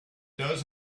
does